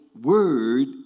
word